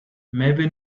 maybe